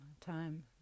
time